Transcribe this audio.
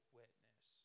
witness